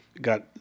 got